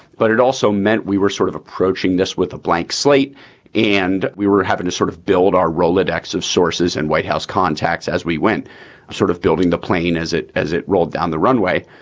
but it also meant we were sort of approaching this with a blank slate and we were having to sort of build our rolodex of sources and white house contacts as we went sort of building the plane as it as it rolled down the runway.